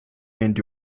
and